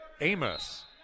Amos